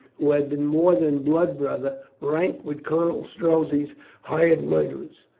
who had been more than blood brother, ranked with colonel strozzi's hired murderers.